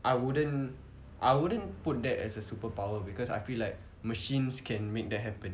I wouldn't I wouldn't put that as a superpower because I feel like machines can make that happen